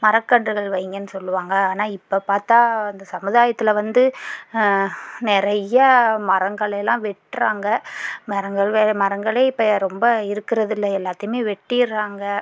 மர கன்றுகள் வையுங்கன்னு சொல்லுவாங்க ஆனால் இப்போ பார்த்தா இந்த சமுதாயத்தில் வந்து நிறைய மரங்களயெல்லாம் வெட்டறாங்க மரங்கள் வேற மரங்களே இப்ப ரொம்ப இருக்கிறது இல்லை எல்லாத்தையுமே வெட்டிடறாங்க